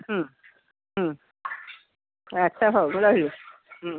ହୁଁ ହୁଁ ଆଚ୍ଛା ହଉ ରହିଲି